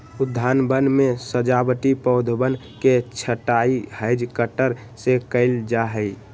उद्यानवन में सजावटी पौधवन के छँटाई हैज कटर से कइल जाहई